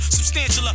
Substantial